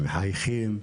מחייכים,